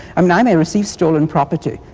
i mean, i may receive stolen property,